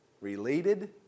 related